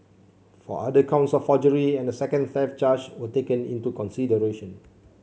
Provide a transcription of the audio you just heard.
four other counts of forgery and a second theft charge were taken into consideration